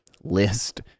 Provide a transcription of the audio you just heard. list